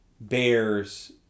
Bears